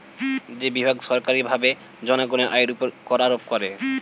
যে বিভাগ সরকারীভাবে জনগণের আয়ের উপর কর আরোপ করে